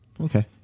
Okay